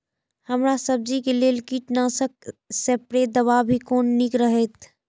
हरा सब्जी के लेल कीट नाशक स्प्रै दवा भी कोन नीक रहैत?